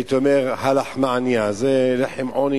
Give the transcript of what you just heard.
הייתי אומר, "הא לחמא עניא" לחם עוני